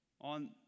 on